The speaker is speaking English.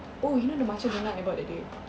oh you know the matcha doughnut I bought that day